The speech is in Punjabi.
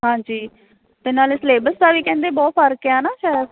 ਹਾਂਜੀ ਅਤੇ ਨਾਲ ਸਿਲੇਬਸ ਦਾ ਵੀ ਕਹਿੰਦੇ ਬਹੁਤ ਫਰਕ ਆ ਨਾ ਸ਼ਾਇਦ